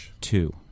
two